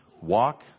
Walk